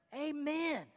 Amen